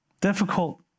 Difficult